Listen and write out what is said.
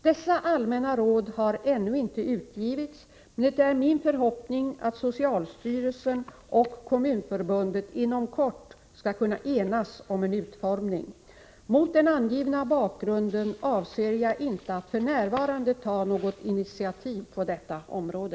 Dessa allmänna råd har ännu inte utgivits, men det är min förhoppning att socialstyrelsen och Kommunförbundet inom kort skall kunna enas om en utformning. Mot den angivna bakgrunden avser jag inte att f.n. ta något initiativ på detta område.